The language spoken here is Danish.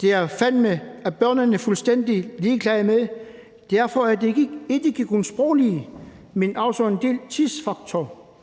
Det er familierne og børnene fuldstændig ligeglade med. Derfor er der ikke kun sproglige, men også en del tidsfaktor-